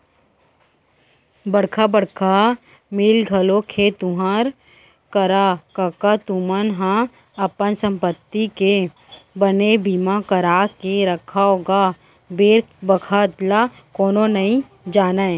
बड़का बड़का मील घलोक हे तुँहर करा कका तुमन ह अपन संपत्ति के बने बीमा करा के रखव गा बेर बखत ल कोनो नइ जानय